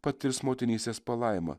patirs motinystės palaimą